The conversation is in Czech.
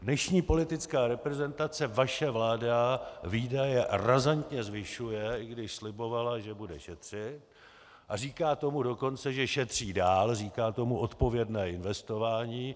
Dnešní politická reprezentace, vaše vláda, výdaje razantně zvyšuje, i když slibovala, že bude šetřit, a říká tomu dokonce, že šetří dál, říká tomu odpovědné investování.